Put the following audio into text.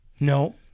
No